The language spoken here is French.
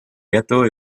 gâteau